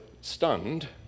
stunned